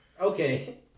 Okay